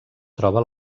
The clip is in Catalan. troba